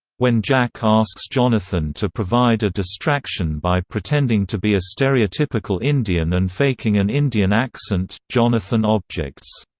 when jack asks jonathan to provide a distraction by pretending to be a stereotypical indian and faking an indian accent, jonathan objects,